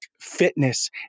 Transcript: Fitness